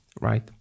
Right